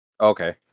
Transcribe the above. Okay